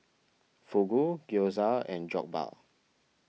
Fugu Gyoza and Jokbal